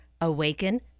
Awaken